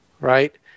right